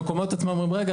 המקומות עצמם אומרים רגע,